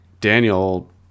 Daniel